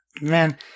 Man